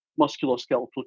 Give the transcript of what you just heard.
musculoskeletal